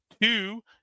Two